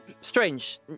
Strange